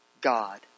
God